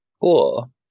Cool